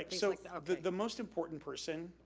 so the most important person,